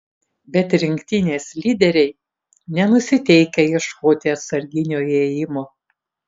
bet rinktinės lyderiai nenusiteikę ieškoti atsarginio įėjimo